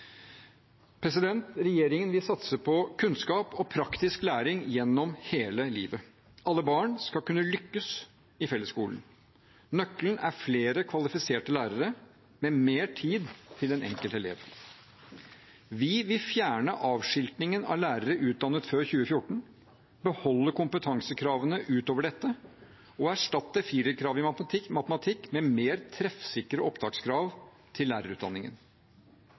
Regjeringen vil satse på kunnskap og praktisk læring gjennom hele livet. Alle barn skal kunne lykkes i fellesskolen. Nøkkelen er flere kvalifiserte lærere med mer tid til den enkelte elev. Vi vil fjerne «avskiltingen» av lærere utdannet før 2014, beholde kompetansekravene utover dette og erstatte firerkravet i matematikk med mer treffsikre opptakskrav til lærerutdanningen.